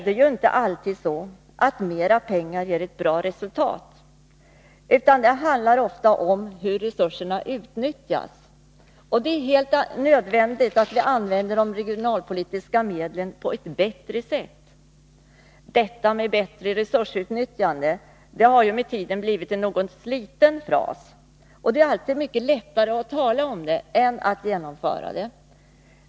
Det är inte alltid så att mer pengar ger ett bättre resultat, utan det handlar ofta om hur resurserna utnyttjas. Det är helt nödvändigt att vi använder de regionalpolitiska medlen på ett bättre sätt. Detta med bättre resursutnyttjande har med tiden blivit en något sliten fras. Och det är alltid mycket lättare att tala om det än att genomföra det.